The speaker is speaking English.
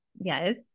Yes